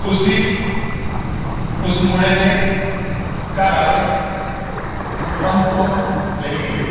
उसी उस मुड़े दे घर आह्ले पंत कोल लेई गे